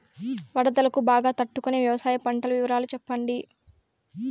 వరదలకు బాగా తట్టు కొనే వ్యవసాయ పంటల వివరాలు చెప్పండి?